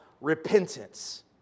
repentance